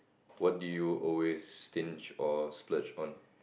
what do you always stinge or splurge on